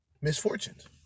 misfortunes